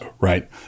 right